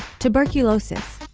tuberculosis.